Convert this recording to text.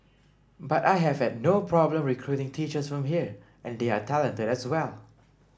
but I have had no problem recruiting teachers from here and they are talented as well